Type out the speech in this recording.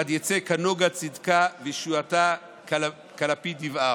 עד יצא כנגה צדקה וישועתה כלפיד יבער".